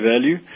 value